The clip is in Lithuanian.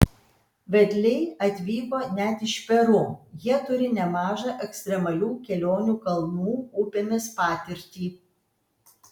vedliai atvyko net iš peru jie turi nemažą ekstremalių kelionių kalnų upėmis patirtį